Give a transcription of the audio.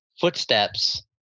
footsteps